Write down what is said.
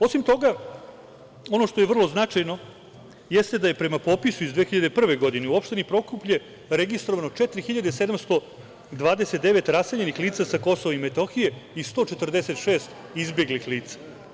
Osim toga, ono što je vrlo značajno jeste da je prema popisu iz 2001. godine u opštini Prokuplje registrovano 4.729 raseljenih lica sa KiM i 146 izbeglih lica.